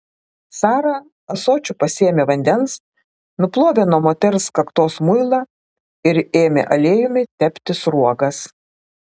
sara ąsočiu pasėmė vandens nuplovė nuo moters kaktos muilą ir ėmė aliejumi tepti sruogas